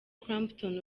clapton